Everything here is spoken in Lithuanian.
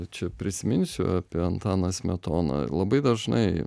čia prisiminsiu apie antaną smetoną labai dažnai